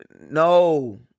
No